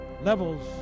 levels